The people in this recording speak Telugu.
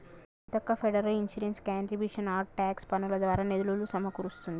Seethakka federal insurance contributions act tax పన్నులు దారా నిధులులు సమకూరుస్తుంది